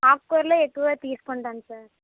ఆకుకూరలే ఎక్కువగా తీసుకుంటాను సార్